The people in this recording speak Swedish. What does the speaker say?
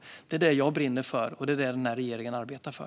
Detta brinner jag för, och det arbetar regeringen för.